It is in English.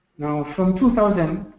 now, from two thousand,